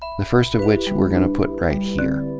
the first of which we're going to put right here